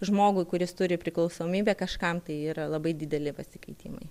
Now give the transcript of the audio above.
žmogui kuris turi priklausomybę kažkam tai yra labai dideli pasikeitimai